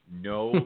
No